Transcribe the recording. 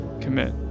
commit